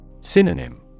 Synonym